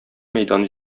мәйдан